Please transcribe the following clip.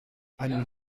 einen